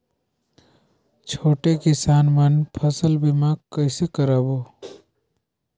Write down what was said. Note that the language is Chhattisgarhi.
छोटे किसान मन फसल बीमा कइसे कराबो?